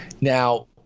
Now